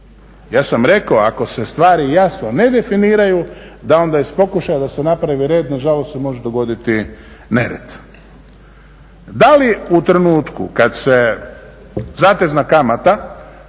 Ja sam rekao ako se stvari jasno ne definiraju da onda iz pokušaja da se napraviti red nažalost se može dogoditi nered. Da li u trenutku kada se zatezna kamata